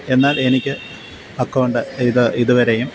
എന്നാൽ എനിക്ക് അക്കൗണ്ട് ഇത് ഇത് വരെയും